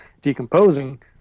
decomposing